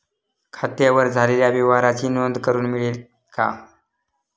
खात्यावर झालेल्या व्यवहाराची नोंद करून मिळेल का?